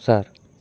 sir